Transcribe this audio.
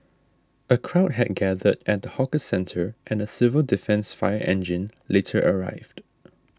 a crowd had gathered at the hawker centre and a civil defence fire engine later arrived